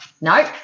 Nope